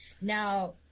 now